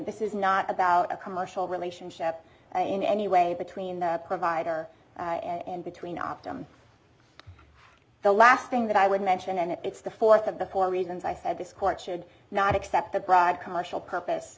this is not about a commercial relationship in any way between the provider and between optum the last thing that i would mention and it's the fourth of the core reasons i said this court should not accept the broad commercial